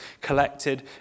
collected